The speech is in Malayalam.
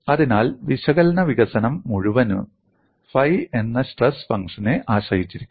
അതിനാൽ വിശകലന വികസനം മുഴുവനും ഫൈ എന്ന സ്ട്രെസ് ഫംഗ്ഷനെ ആശ്രയിച്ചിരിക്കുന്നു